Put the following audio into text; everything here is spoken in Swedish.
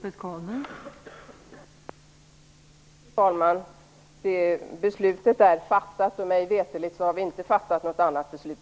Fru talman! Det beslutet är fattat. Mig veterligen har inte riksdagen fattat något annat beslut.